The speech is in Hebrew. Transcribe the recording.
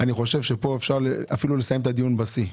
פה אפשר אפילו לסיים את הדיון בשיא.